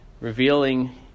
revealing